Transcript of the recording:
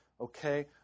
Okay